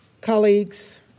Colleagues